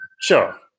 Sure